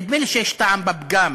נדמה לי שיש טעם לפגם,